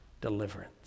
deliverance